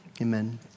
amen